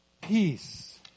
Peace